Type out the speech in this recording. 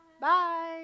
Bye